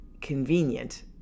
convenient